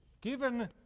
given